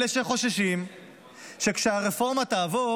אלה שחוששים שכשהרפורמה תעבור